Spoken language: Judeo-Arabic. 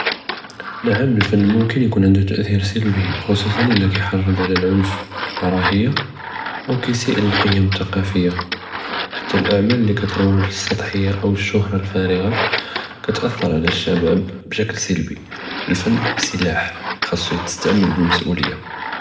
נעם, אלפַן ימקּן יכון ענדו תְאְתִיר סַלְבּי, חֻצוסאן אִלא כיהרֶץ עלא אלעונף, אלכַּרַאה, אוא כיסיֵא לאלְקִיֵם אלתֻקפיה, חתה אלאעמל אללי כתרוּג' לִאלסַטחיה אוא אִלשֻהרה אלפַארגה, כיתאתר עלא אלשבאב בשִכּל סַלְבּי. אלפַן סִלַח, חסו תִסתעמל בַּאלמס'וליה.